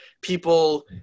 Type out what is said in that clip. people